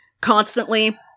constantly